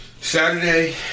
Saturday